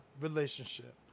relationship